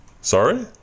Sorry